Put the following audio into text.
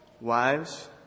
Wives